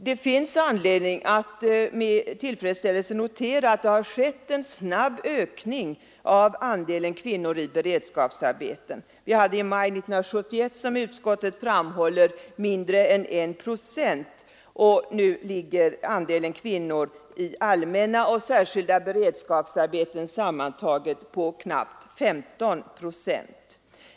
Det finns anledning att med tiilfredsställelse notera att en snabb ökning har skett av andelen kvinnor i beredskapsarbeten. Den andelen var i maj 1971, som utskottet framhåller, mindre än 1 procent, och nu ligger andelen kvinnor i allmänna och särskilda beredskapsarbeten totalt på knappt 15 procent.